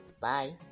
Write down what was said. Bye